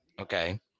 okay